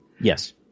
Yes